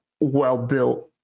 well-built